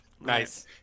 Nice